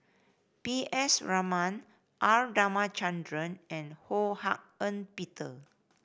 P S Raman R Ramachandran and Ho Hak Ean Peter